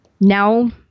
now